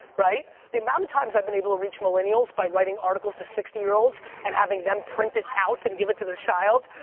right? the amount of times i've been able to reach millennials by writing articles to sixty year olds and having them print it out and give it to their child,